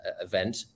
event